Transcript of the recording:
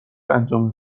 انجام